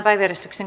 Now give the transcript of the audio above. asia